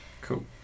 Cool